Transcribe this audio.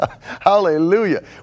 Hallelujah